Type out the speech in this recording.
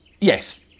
Yes